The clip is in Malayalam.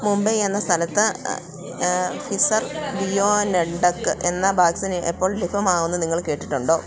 മുംബൈ എന്ന സ്ഥലത്ത് ഫിസർ ബയോഎൻടെക് എന്ന വാക്സിൻ എപ്പോൾ ലഭ്യമാകും എന്ന് നിങ്ങൾ കേട്ടിട്ടുണ്ടോ